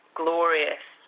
glorious